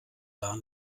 gar